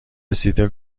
رسیده